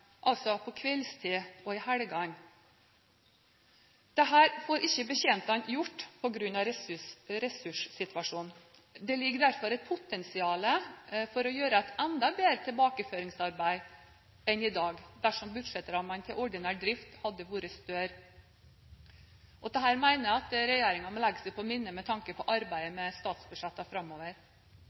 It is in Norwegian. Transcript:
altså på kveldstid og i helgene. Dette får ikke betjentene gjort på grunn av ressurssituasjonen. Det ligger derfor et potensial for å gjøre et enda bedre tilbakeføringsarbeid enn i dag dersom budsjettrammene til ordinær drift hadde vært større. Dette mener jeg regjeringen må legge seg på minne med tanke på arbeidet med statsbudsjettene framover.